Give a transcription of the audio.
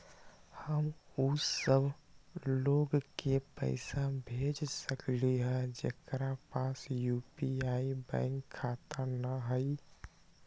हम उ सब लोग के पैसा भेज सकली ह जेकरा पास यू.पी.आई बैंक खाता न हई?